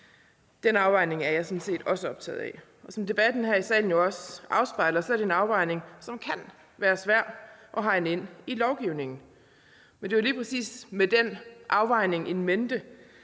Den afvejning er jeg sådan set også optaget af. Som debatten her i salen jo også afspejler, er det en afvejning, som kan være svær at hegne ind i lovgivningen. Men det er lige præcis med den afvejning in mente,